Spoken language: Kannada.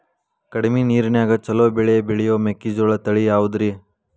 ಕಡಮಿ ನೇರಿನ್ಯಾಗಾ ಛಲೋ ಬೆಳಿ ಬೆಳಿಯೋ ಮೆಕ್ಕಿಜೋಳ ತಳಿ ಯಾವುದ್ರೇ?